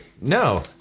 no